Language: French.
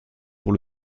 pour